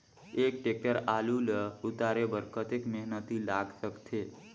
एक टेक्टर आलू ल उतारे बर कतेक मेहनती लाग सकथे?